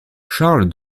charles